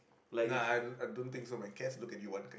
nah I I don't think so my cats look at you one kind